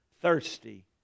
Thirsty